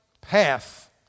path